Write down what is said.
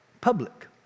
public